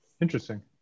Interesting